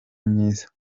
myiza